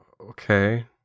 Okay